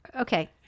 Okay